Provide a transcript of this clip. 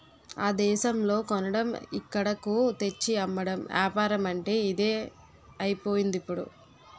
ఆ దేశంలో కొనడం ఇక్కడకు తెచ్చి అమ్మడం ఏపారమంటే ఇదే అయిపోయిందిప్పుడు